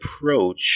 approach